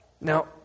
Now